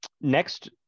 next